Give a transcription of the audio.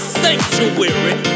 sanctuary